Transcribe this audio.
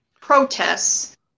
protests